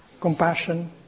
compassion